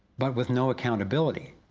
but with no ah countability,